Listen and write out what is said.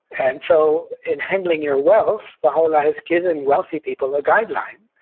and so in handling your wealth, baha'u'llah has given wealthy people a guideline,